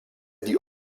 die